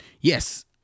Yes